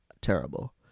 terrible